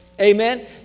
Amen